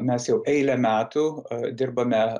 mes jau eilę metų dirbame